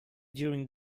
during